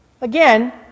Again